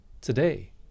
today